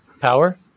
power